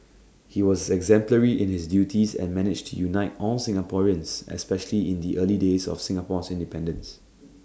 he was exemplary in his duties and managed to unite all Singaporeans especially in the early days of Singapore's independence